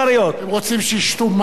הם רוצים שישתו מים.